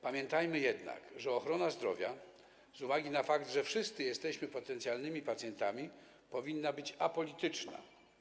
Pamiętajmy jednak, że ochrona zdrowia, z uwagi na fakt, że wszyscy jesteśmy potencjalnymi pacjentami, powinna być apolityczna.